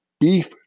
beef